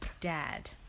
dad